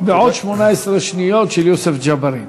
ועוד 18 שניות של יוסף ג'בארין.